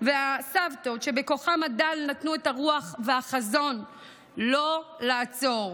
והסבתות שבכוחן הדל נתנו את הרוח והחזון לא לעצור,